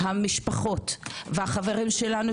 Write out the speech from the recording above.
המשפחות והחברים שלנו,